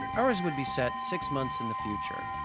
ours would be set six months in the future.